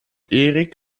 eric